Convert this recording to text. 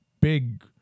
big